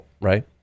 right